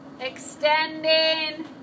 extending